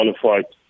qualified